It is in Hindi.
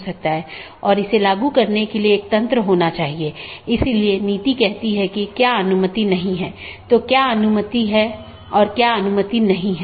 इसका मतलब है कि BGP का एक लक्ष्य पारगमन ट्रैफिक की मात्रा को कम करना है जिसका अर्थ है कि यह न तो AS उत्पन्न कर रहा है और न ही AS में समाप्त हो रहा है लेकिन यह इस AS के क्षेत्र से गुजर रहा है